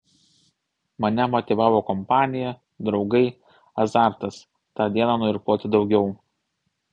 mane motyvavo kompanija draugai azartas tą dieną nuirkluoti daugiau